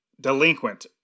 delinquent